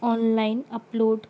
online upload